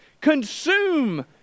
consume